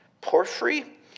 porphyry